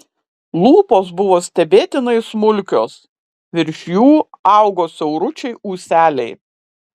lūpos buvo stebėtinai smulkios virš jų augo siauručiai ūseliai